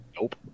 Nope